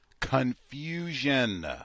confusion